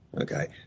okay